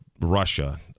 Russia